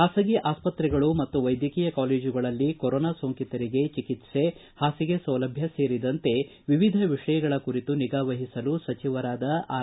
ಖಾಸಗಿ ಆಸ್ತತ್ರೆಗಳು ಮತ್ತು ವೈದ್ಯಕೀಯ ಕಾಲೇಜುಗಳಲ್ಲಿ ಕೊರೋನಾ ಸೋಂಕಿತರಿಗೆ ಚಿಕಿತ್ಸೆ ಹಾಸಿಗೆ ಸೌಲಭ್ವ ಸೇರಿದಂತೆ ವಿವಿಧ ವಿಷಯಗಳ ಕುರಿತು ನಿಗಾವಹಿಸಲು ಸಚಿವರಾದ ಆರ್